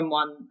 one